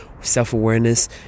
self-awareness